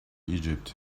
egypt